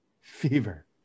fever